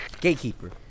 Gatekeeper